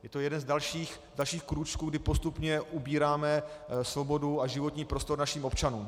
Je to jeden z dalších krůčků, kdy postupně ubíráme svobodu a životní prostor našim občanům.